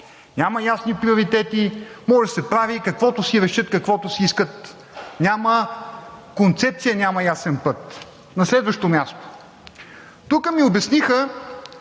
няма ясни приоритети, може да се прави, каквото си решат, каквото си искат. Няма концепция, няма ясен път. На следващо място, тук ми обясниха,